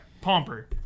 Pomper